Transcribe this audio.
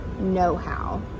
know-how